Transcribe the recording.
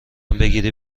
بگیری